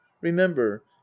remember